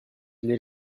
для